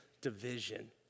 division